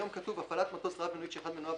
היום כתוב הפעלת מטוס רב מנועי כשאחד ממנועיו